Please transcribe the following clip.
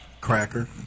Cracker